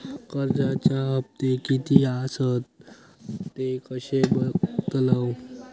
कर्जच्या हप्ते किती आसत ते कसे बगतलव?